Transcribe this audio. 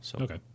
Okay